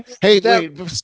hey